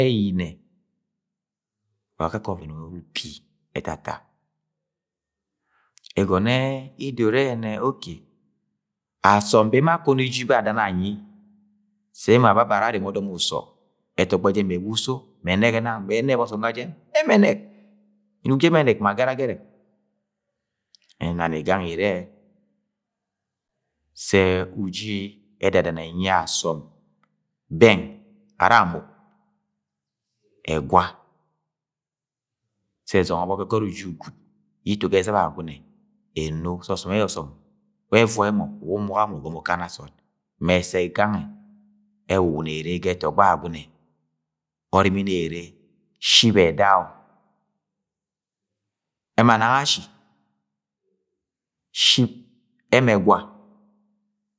Ẹnyiyinẹ, wa akakẹ ọvẹn ubi ẹtata ẹgọnẹ idoro irẹnẹoke asọm bẹ emo akono uji bẹ adana anyi, sẹ ẹmo ababẹ ara areme ọdọm usọ ẹtọgbọ jẹ mẹ ẹwa uso, mẹ ẹnẹgẹ nang mẹ ẹnẹp ọsọm ga jẹn ẹmẹ ẹnẹk inuk jẹ ẹmẹ ẹnẹk ma gẹragẹrẹk, ẹnani gangẹ irẹ sẹ. Uji ẹdadana ẹnyi asọm bẹng ara amug ẹgwa sẹ ẹzọngọ ọbọk ga ẹgot uji gwud yẹ ito ga ẹzɨba Agwagune eno sẹ osọm ẹjara ọsọm wẹ ẹvọi mọ uwu umuga mọ ugọnọ ukana sọọd ma ẹssẹ gangẹ ẹwuwuni ere ga ẹtọgbọ Agwagune, ọrimini ere shi edo. O ema nang ashi shi eme egwa.